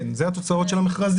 כן, אלה התוצאות של המכרזים.